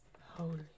holy